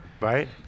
Right